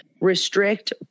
restrict